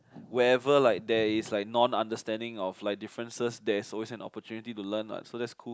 whoever like there is like non understanding of like differences that's always an opportunity to learn what so that's cool